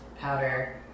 powder